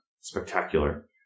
Spectacular